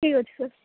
ଠିକ୍ ଅଛି ସାର୍